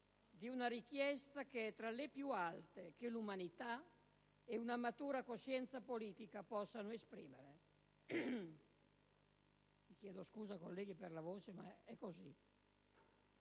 di una richiesta che è tra le più alte che l'umanità e una matura coscienza politica possano esprimere.